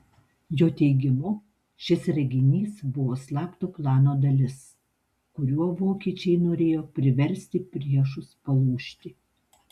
jo teigimu šis reginys buvo slapto plano dalis kuriuo vokiečiai norėjo priversti priešus palūžti